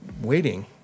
waiting